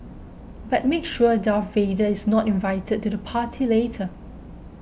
but make sure Darth Vader is not invited to the party later